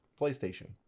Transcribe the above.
PlayStation